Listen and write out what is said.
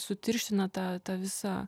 sutirština tą visą